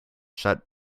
shut